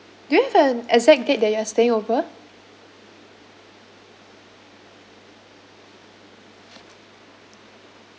do you have an exact date that you are staying over